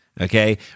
Okay